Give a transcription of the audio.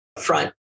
front